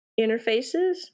interfaces